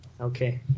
Okay